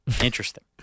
Interesting